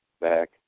back